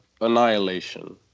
Annihilation